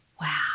Wow